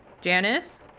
Janice